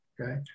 okay